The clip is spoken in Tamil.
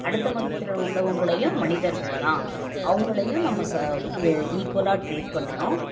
அடுத்த மதத்தில் உள்ளவங்களையும் மனிதர்கள் தான் அவங்களையும் நம்ம ஈக்வலாக ட்ரீட் பண்ணணும்